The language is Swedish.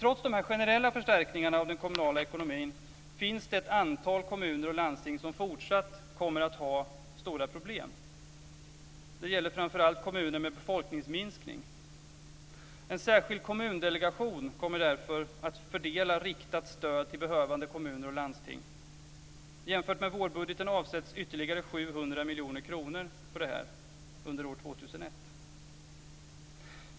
Trots dessa generella förstärkningar av den kommunala ekonomin finns det ett antal kommuner och landsting som fortsatt kommer att ha stora problem. Det gäller framför allt kommuner med befolkningsminskning. Jämfört med vårbudgeten avsätts ytterligare 700 miljoner kronor för detta år 2001.